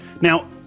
Now